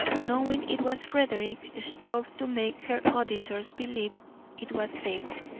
knowing it was frederick, strove to make her auditors believe it was zabel,